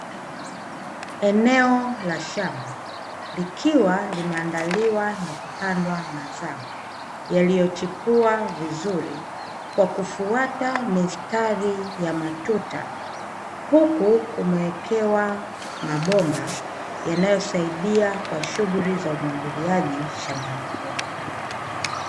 Eneo la shamba likiwa limeandaliwa na kupandwa mazao yaliyochipua vizuri kwa kufuata mistari ya matuta, huku kumewekewa mabomba yanayosaidia kwa shughuli za umwagiliaji shambani humo.